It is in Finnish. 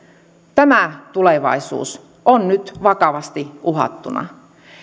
tämä tulevaisuus on nyt vakavasti uhattuna